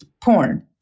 porn